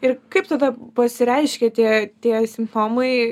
ir kaip tada pasireiškia tie tie simptomai